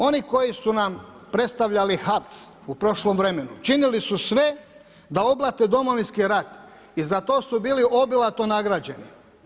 Oni koji su nam predstavljali HAVC u prošlom vremenu, činili su sve da oblate Domovinski rat i zato su bili obilato nagrađeni.